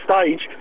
stage